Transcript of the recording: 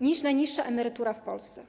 niż najniższa emerytura w Polsce.